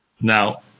Now